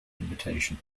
invitation